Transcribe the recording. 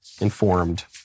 informed